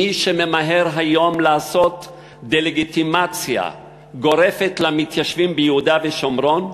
מי שממהר היום לעשות דה-לגיטימציה גורפת למתיישבים ביהודה ושומרון,